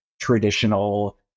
traditional